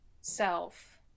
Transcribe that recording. self